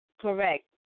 Correct